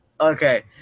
Okay